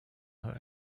her